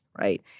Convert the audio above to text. Right